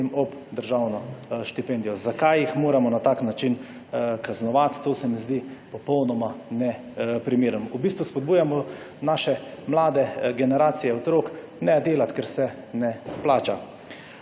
potem ob državno štipendijo. Zakaj jih moramo na tak način kaznovati, to se mi zdi popolnoma neprimerno. V bistvu spodbujamo naše mlade generacije otrok, ne delati, ker se ne splača.